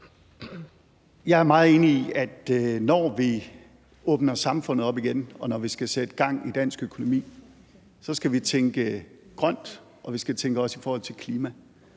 Jeg er meget enig i, at vi, når vi åbner samfundet op igen, og når vi skal sætte gang i dansk økonomi, så skal tænke grønt, og at vi også skal tænke i forhold til klima,